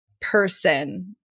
person